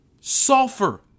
sulfur